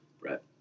Brett